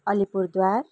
Alipurduar